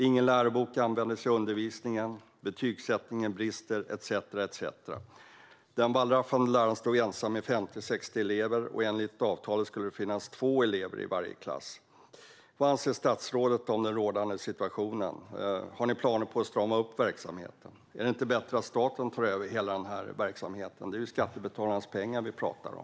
Ingen lärobok användes i undervisningen, betygssättningen hade brister etcetera. Den wallraffande läraren stod ensam med 50-60 elever. Enligt avtalet skulle det finnas två elever i varje klass. Vad anser statsrådet om den rådande situationen? Har ni planer på att strama upp verksamheten? Är det inte bättre att staten tar över hela verksamheten? Det är skattebetalarnas pengar vi pratar om.